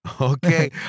Okay